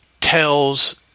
tells